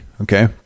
okay